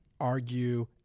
argue